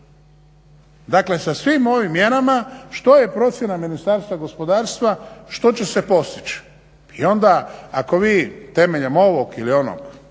Dakle, sa svim ovim mjerama što je procjena Ministarstva gospodarstva što će se postići? I onda ako vi temeljem ovog ili onog,